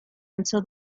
until